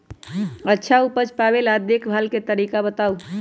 अच्छा उपज पावेला देखभाल के तरीका बताऊ?